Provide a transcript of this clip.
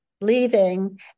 leaving